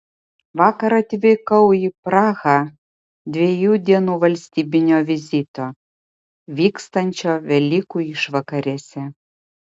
vakar atvykau į prahą dviejų dienų valstybinio vizito vykstančio velykų išvakarėse